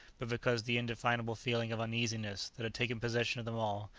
but because the indefinable feeling of uneasiness, that had taken possession of them all,